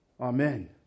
Amen